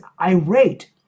irate